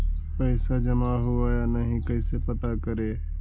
पैसा जमा हुआ या नही कैसे पता करे?